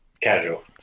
casual